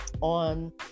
on